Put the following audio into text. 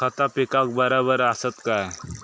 खता पिकाक बराबर आसत काय?